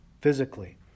physically